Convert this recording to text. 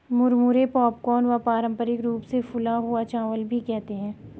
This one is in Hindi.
मुरमुरे पॉपकॉर्न व पारम्परिक रूप से फूला हुआ चावल भी कहते है